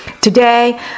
Today